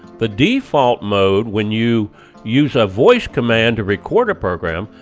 the default mode when you use a voice command to record a program,